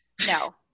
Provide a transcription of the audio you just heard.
No